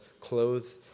clothed